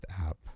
app